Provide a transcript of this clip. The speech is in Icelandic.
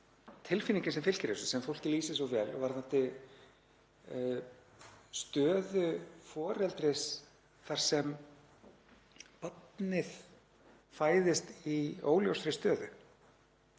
tilfinningin sem fylgir þessu sem fólki lýsir svo vel varðandi stöðu foreldris þar sem barnið fæðist í óljósri stöðu.